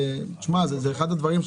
אחד הדברים,